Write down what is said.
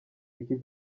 iki